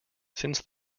since